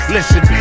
Listen